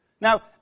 Now